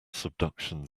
subduction